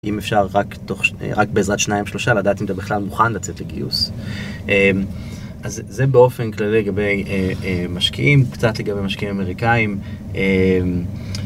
אם אפשר, רק בעזרת שניים, שלושה, לדעת אם אתה בכלל מוכן לצאת לגיוס. אז זה באופן כללי לגבי משקיעים, קצת לגבי משקיעים אמריקאים.